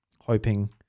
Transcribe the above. hoping